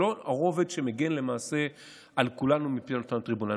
כל הרובד שמגן למעשה על כולנו מפעילות הטריבונלים.